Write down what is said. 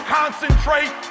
concentrate